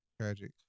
Tragic